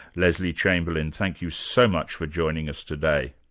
lesley chamberlain thank you so much for joining us today.